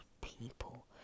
people